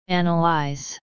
Analyze